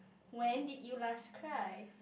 when did you last cry